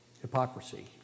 Hypocrisy